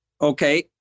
Okay